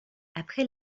après